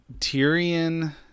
Tyrion